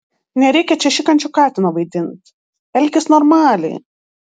nereikia čia šikančio katino vaidint elkis normaliai